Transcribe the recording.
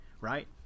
right